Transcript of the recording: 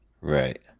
Right